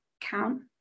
count